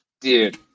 Dude